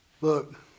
look